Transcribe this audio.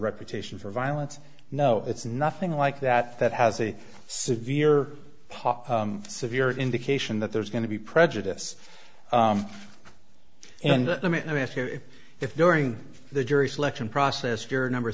reputation for violence no it's nothing like that that has a severe pop severe indication that there's going to be prejudice and let me ask you if going the jury selection process juror number